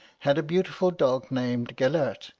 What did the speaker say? had a beautiful dog named gelert,